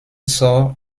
sort